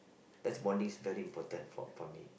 that's bonding very important for for me